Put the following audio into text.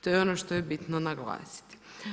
To je ono što je bitno naglasiti.